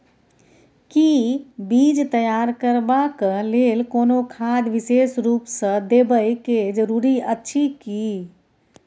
कि बीज तैयार करबाक लेल कोनो खाद विशेष रूप स देबै के जरूरी अछि की?